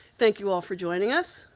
thank you all for joining us.